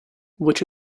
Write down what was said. voce